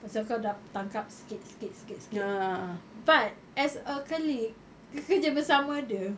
pasal kau dah tangkap sikit-sikit sikit-sikit but as a colleague kerja bersama dia